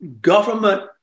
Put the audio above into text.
government